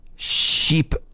Sheep